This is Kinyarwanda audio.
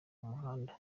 umuhanda